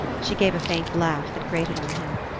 she gave a faint laugh that grated on him.